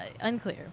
unclear